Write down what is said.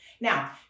Now